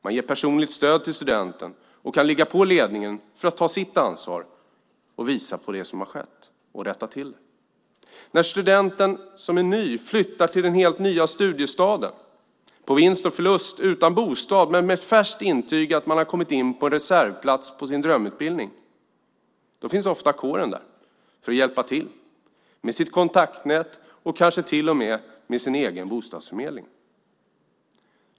Man ger personligt stöd till studenten och kan ligga på ledningen och visa på det som har skett för att den ska ta sitt ansvar och rätta till det. När den nya studenten flyttar till den helt nya studiestaden, på vinst och förlust utan bostad men med färskt intyg på att han eller hon kommit in på en reservplats på sin drömutbildning, då finns ofta kåren där för att hjälpa till med sitt kontaktnät och till och med kanske med sin egen bostadsförmedling.